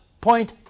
point